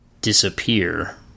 disappear